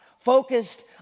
focused